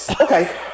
okay